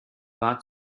war